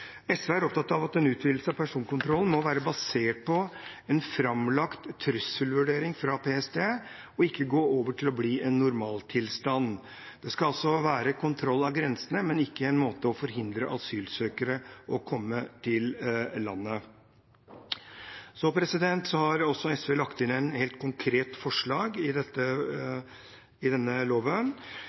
SV er opptatt av at en utvidelse av personkontrollen må være basert på en framlagt trusselvurdering fra PST, og at det ikke går over til å bli en normaltilstand. Det skal være kontroll av grensene, men ikke på en måte som forhindrer asylsøkere fra å komme til landet. SV har lagt inn et helt konkret forslag i dette